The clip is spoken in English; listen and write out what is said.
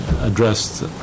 addressed